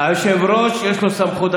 היושב-ראש, יש לו סמכות.